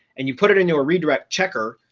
and you put it into a redirect checker,